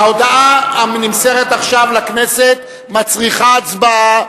ההודעה הנמסרת עכשיו לכנסת מצריכה הצבעה.